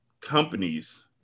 companies